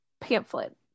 pamphlet